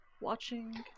Watching